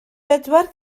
bedwar